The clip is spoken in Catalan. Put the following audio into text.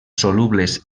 solubles